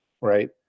right